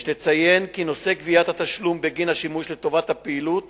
יש לציין כי נושא גביית תשלום בגין השימוש לטובת הפעילות